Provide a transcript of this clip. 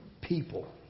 people